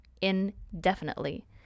indefinitely